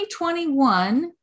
2021